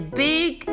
big